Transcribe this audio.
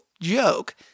joke